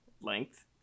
length